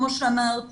כמו שאמרתי,